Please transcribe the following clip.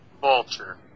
Vulture